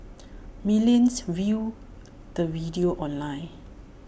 millions viewed the video online